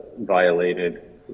violated